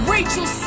Rachel